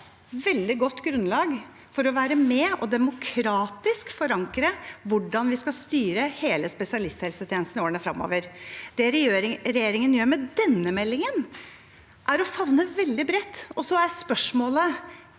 veldig godt grunnlag for å være med og demokratisk forankre hvordan vi skal styre hele spesialisthelsetjenesten i årene fremover. Det regjeringen gjør med denne meldingen, er å favne veldig bredt, og så er spørsmålet: